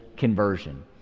conversion